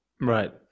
right